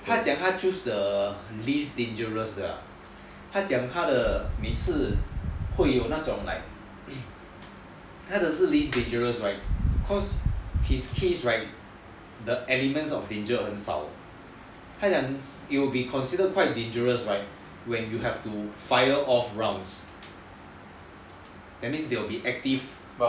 他讲他 choose the least dangerous his right the elements of danger 很少他讲 it will be considered quite dangerous right when you have to fire off routes that means they will be active